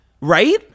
Right